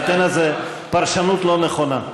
תינתן לזה פרשנות לא נכונה.